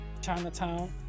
Chinatown